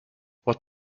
what